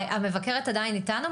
המבקרת עדיין איתנו?